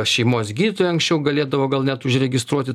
šeimos gydytoja anksčiau galėdavo gal net užregistruoti